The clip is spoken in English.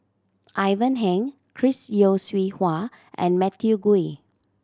Ivan Heng Chris Yeo Siew Hua and Matthew Ngui